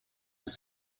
was